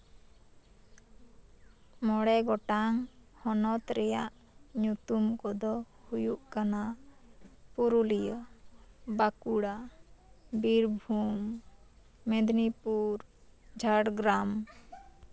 ᱢᱚᱬᱮ ᱜᱚᱴᱟᱝ ᱦᱚᱱᱚᱛ ᱨᱮᱭᱟᱝ ᱧᱩᱛᱩᱢ ᱠᱚᱫᱚ ᱦᱩᱭᱩᱜ ᱠᱟᱱᱟ ᱯᱩᱨᱩᱞᱤᱭᱟᱹ ᱵᱟᱸᱠᱩᱲᱟ ᱵᱤᱨᱵᱷᱩᱢ ᱢᱮᱫᱽᱱᱤᱯᱩᱨ ᱡᱷᱟᱲᱜᱨᱟᱢ